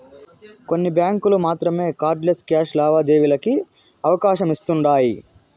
కొన్ని బ్యాంకులు మాత్రమే కార్డ్ లెస్ క్యాష్ లావాదేవీలకి అవకాశమిస్తుండాయ్